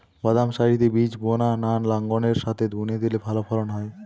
বাদাম সারিতে বীজ বোনা না লাঙ্গলের সাথে বুনে দিলে ভালো ফলন হয়?